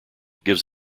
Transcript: gives